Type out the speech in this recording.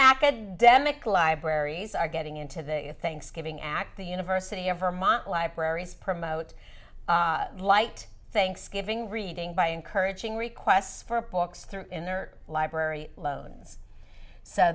academic libraries are getting into the thanksgiving act the university of vermont libraries promote light thanksgiving reading by encouraging requests for books through in their library loans so